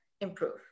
improve